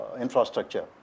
infrastructure